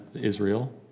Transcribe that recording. Israel